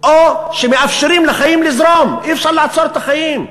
או שמאפשרים לחיים לזרום, אי-אפשר לעצור את החיים.